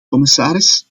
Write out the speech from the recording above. commissaris